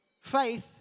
faith